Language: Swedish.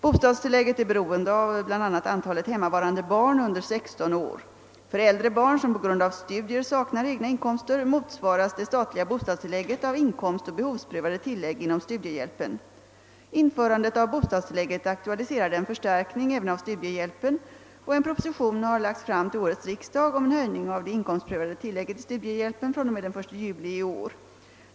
Bostadstillägget är beroende av bl.a. antalet hemmavarande barn under 16 år. För äldre barn som på grund av studier saknar egna inkomster motsvaras det statliga bostadstillägget av inkomstoch behovsprövade tillägg inom studiehjälpen. Införandet av bostadstillägget aktualiserade en förstärkning även av studiehjälpen, och en proposition har lagts fram till årets riksdag om en höjning av det inkomstprövade tillägget i studiehjälpen fr.o.m. den 1 juli i år.